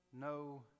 no